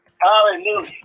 Hallelujah